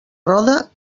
roda